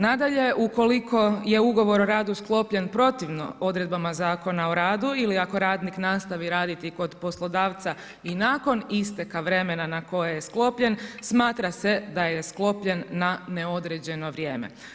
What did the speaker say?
Nadalje, ukoliko je ugovor o radu sklopljen protivno odredbama Zakona o radu ili ako radnik nastavi raditi kod poslodavca i nakon isteka vremena na koje je sklopljen, smatra se da je sklopljen na neodređeno vrijeme.